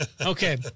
Okay